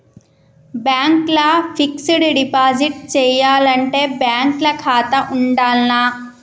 Bank ల fixed deposit చేయాలంటే bank ల ఖాతా ఉండాల్నా?